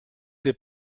des